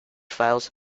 files